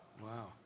Wow